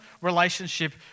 relationship